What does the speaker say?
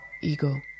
ego